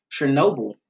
Chernobyl